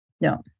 No